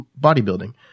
bodybuilding